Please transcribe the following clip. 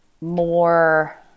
more